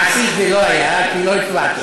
מעשית זה לא היה, כי לא הצבעתם.